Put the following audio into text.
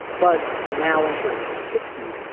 but now entering his sixty s,